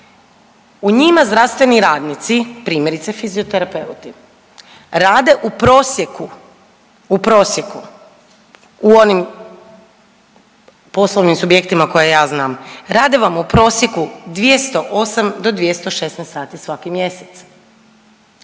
U njima zdravstveni radnici primjerice fizioterapeuti rade u prosjeku, u prosjeku u onim poslovnim subjektima koje ja znam, rade vam u prosjeku 208 do 216 sati svaki mjesec.